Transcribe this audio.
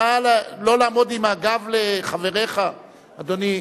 נא לא לעמוד עם הגב לחבריך, אדוני.